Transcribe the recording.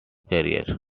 career